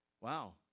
wow